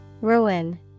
Ruin